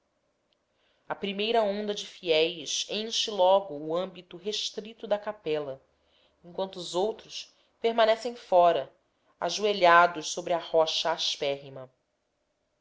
a primeira onda de fiéis enche logo o âmbito restrito da capela enquanto outros permanecem fora ajoelhados sobre a rocha